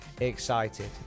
excited